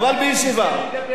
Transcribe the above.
אז תיתן לי,